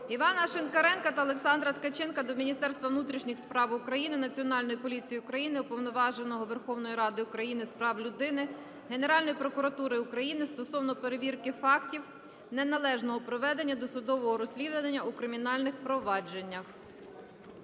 Івана Шинкаренка та Олександра Ткаченка до Міністерства внутрішніх справ України, Національної поліції України, Уповноваженого Верховної Ради України з прав людини, Генеральної прокуратури України стосовно перевірки фактів неналежного проведення досудового розслідування у кримінальних провадженнях.